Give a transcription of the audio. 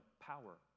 power